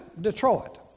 Detroit